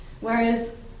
Whereas